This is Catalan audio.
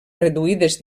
reduïdes